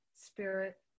Spirit